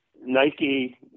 Nike